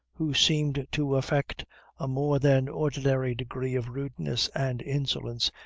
who seemed to affect a more than ordinary degree of rudeness and insolence,